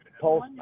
Paul